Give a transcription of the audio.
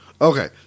Okay